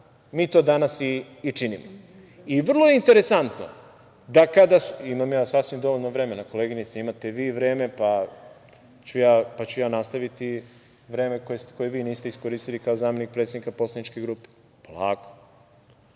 mi to danas i činimo. Vrlo je interesantno, da kada, imam ja sasvim dovoljno vremena, koleginice, imate vi vreme, pa ću ja nastaviti, vreme koje vi niste iskoristili kao zamenik predsednika poslaničke grupe. Polako. Dakle,